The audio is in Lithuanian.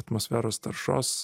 atmosferos taršos